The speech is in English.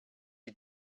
you